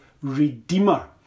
redeemer